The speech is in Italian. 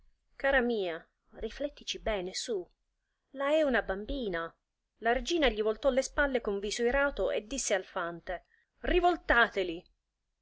cara mia riflettici bene su la è una bambina la regina gli voltò le spalle con viso irato e disse al fante rivoltateli